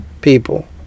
people